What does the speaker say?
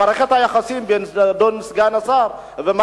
שמערכת היחסים בין אדון סגן השר לבין